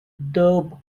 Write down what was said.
dub